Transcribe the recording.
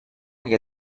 que